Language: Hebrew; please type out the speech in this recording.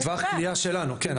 מטווח קליעה שלנו, כן.